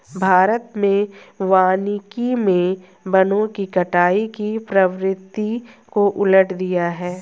भारत में वानिकी मे वनों की कटाई की प्रवृत्ति को उलट दिया है